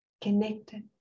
Connected